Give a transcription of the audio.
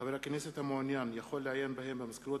חבר הכנסת המעוניין יכול לעיין בהם במזכירות